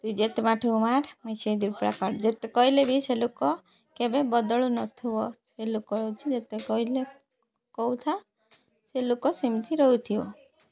ତୁଇ ଯେତେ ମାଠିବୁ ମାଠ୍ ମୁଇଁ ସେ ଦରପୋଡ଼ା କାଠ୍ ଯେତେ କହିଲେ ବି ସେ ଲୋକ କେବେ ବଦଳୁ ନଥିବ ସେ ଲୋକ ହେଉଛି ଯେତେ କହିଲେ କହୁଥା ସେ ଲୋକ ସେମିତି ରହୁଥିବ